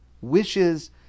wishes